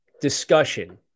discussion